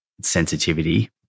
sensitivity